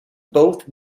both